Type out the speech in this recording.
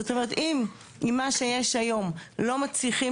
זאת אומרת אם עם מה שיש היום לא מצליחים